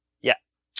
Yes